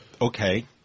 okay –